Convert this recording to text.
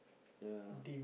ya